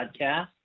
podcast